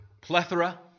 plethora